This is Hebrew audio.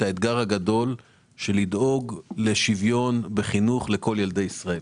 את האתגר הגדול של לדאוג לשוויון בחינוך לכל ילדי ישראל